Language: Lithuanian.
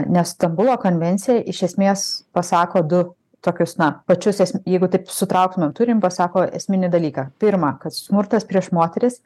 nes stambulo konvencija iš esmės pasako du tokius na pačius esm jeigu taip sutrauktumėm turinį pasako esminį dalyką pirma kad smurtas prieš moteris